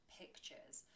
pictures